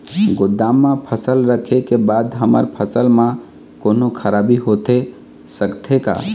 गोदाम मा फसल रखें के बाद हमर फसल मा कोन्हों खराबी होथे सकथे का?